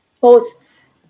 posts